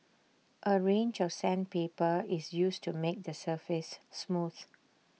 A range of sandpaper is used to make the surface smooth